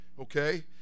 okay